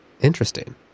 Interesting